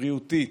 בריאותית,